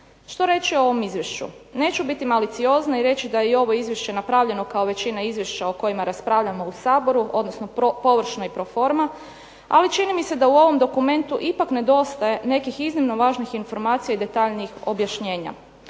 Što reći o ovom Izvješću? Neću biti maliciozna i reći da je i ovo Izvješće napravljeno kao većina izvješća o kojima raspravljamo u Saboru, odnosno površno i proforma. Ali čini mi se da u ovom dokumentu ipak nedostaje nekih iznimno važnih informacija i detaljnijih objašnjenja.